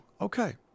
okay